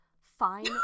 Fine